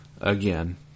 again